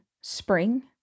spring